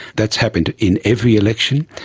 that's happened in every election,